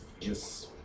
Yes